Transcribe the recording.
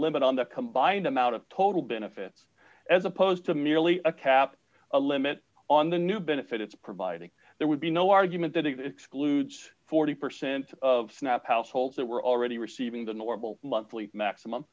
limit on the combined amount of total benefits as opposed to merely a cap a limit on the new benefit it's providing there would be no argument that excludes forty percent of snap households that were already receiving the normal monthly maximum